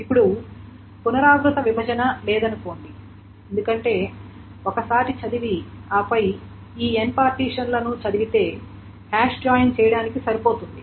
ఇప్పుడు పునరావృత విభజన లేదని అనుకోండి ఎందుకంటే ఒకసారి చదివి ఆపై ఈ n పార్టిషన్లను చదివితే హ్యాష్ జాయిన్ చేయడానికి సరిపోతుంది